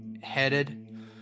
headed